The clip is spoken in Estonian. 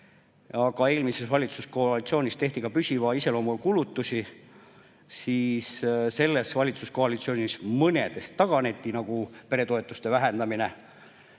Kui eelmises valitsuskoalitsioonis tehti ka püsiva iseloomuga kulutusi, siis selles valitsuskoalitsioonis mõnest taganeti, nagu peretoetuste vähendamine.